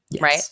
right